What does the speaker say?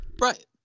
Right